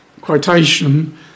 quotation